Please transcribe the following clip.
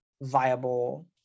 viable